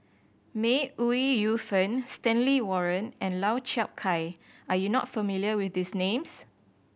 May Ooi Yu Fen Stanley Warren and Lau Chiap Khai are you not familiar with these names